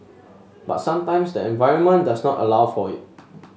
but sometimes the environment does not allow for it